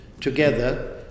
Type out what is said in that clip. together